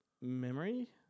memory